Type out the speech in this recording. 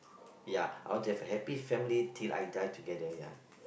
ya I want to have a happy family till I die together ya